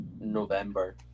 November